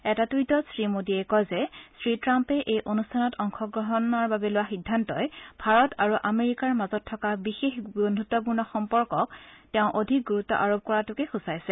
এটা টুইটত শ্ৰীমোদীয়ে কয় যে শ্ৰী ট্ৰাম্পে এই অনুষ্ঠানত অংশগ্ৰহণৰ বাবে লোৱা সিদ্ধান্তই ভাৰত আৰু আমেৰিকাৰ মাজত থকা বিশেষ বন্ধুত্বপূৰ্ণ সম্পৰ্কক তেওঁ অধিক গুৰুত্ব আৰোপ কৰাটোকেই সূচাইছে